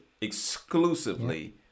exclusively